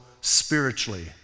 spiritually